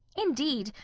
indeed,